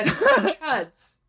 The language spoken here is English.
chuds